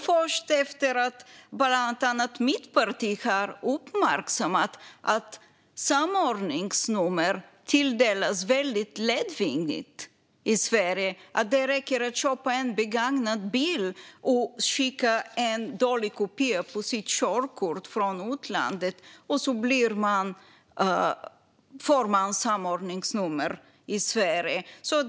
Det är bland annat mitt parti som har uppmärksammat att samordningsnummer tilldelas lättvindigt; det räcker att köpa en begagnad bil och skicka en dålig kopia på sitt körkort från utlandet så får man ett samordningsnummer i Sverige.